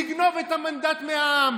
לגנוב את המנדט מהעם,